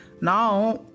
now